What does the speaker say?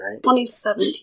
2017